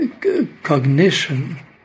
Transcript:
Cognition